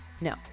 no